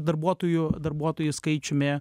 darbuotojų darbuotojų skaičiumi